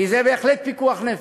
כי זה בהחלט פיקוח נפש,